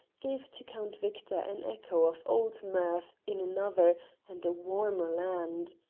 gave to count victor an echo of old mirth in another and a warmer land.